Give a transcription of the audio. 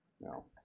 No